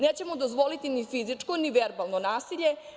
Nećemo dozvoliti ni fizičko, ni verbalno nasilje.